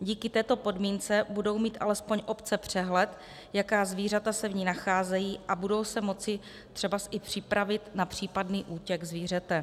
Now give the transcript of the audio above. Díky této podmínce budou mít alespoň obce přehled, jaká zvířata se v ní nacházejí, a budou se moci třebas i připravit na případný útěk zvířete.